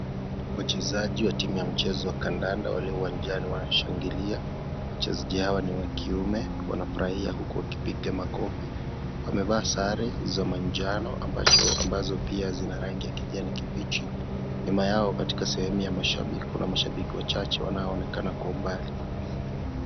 Wachezaji wa timu mchezo wa kandanda pale uwanjani wanashangilia jinsi zao ni wa kiume wanafurahia huku wakipiga makofi wamevaa sare za manjano ambazo pia zina rangi ya kijani kibichi nyuma yao katika sehemu ya mashabiki kuna mashabiki wachache wanaonekana kwa umbali.